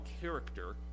character